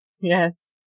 yes